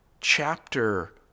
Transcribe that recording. chapter